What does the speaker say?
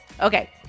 Okay